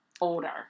older